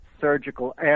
surgical